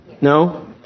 No